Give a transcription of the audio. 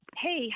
Hey